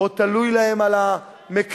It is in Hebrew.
או תלוי להם על המקרר,